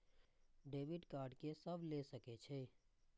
Debit card के सब ले सके छै?